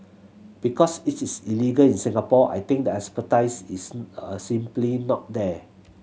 because it's is illegal in Singapore I think the expertise is a simply not there